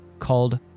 called